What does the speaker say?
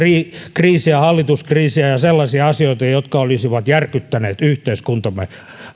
hallituskriisiä ja sellaisia asioita jotka olisivat järkyttäneet yhteiskuntamme